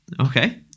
okay